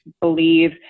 believe